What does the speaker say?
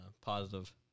positive